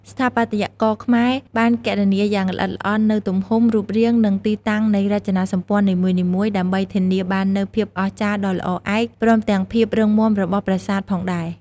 ស្ថាបត្យករខ្មែរ បានគណនាយ៉ាងល្អិតល្អន់នូវទំហំ រូបរាង និងទីតាំងនៃរចនាសម្ព័ន្ធនីមួយៗ ដើម្បីធានាបាននូវភាពអស្ចារ្យដ៏ល្អឯក ព្រមទាំងភាពរឹងមាំរបស់ប្រាសាទផងដែរ។